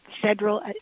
federal